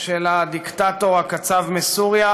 של הדיקטטור הקצב מסוריה,